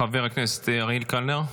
חבר הכנסת אריאל קלנר,